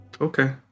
okay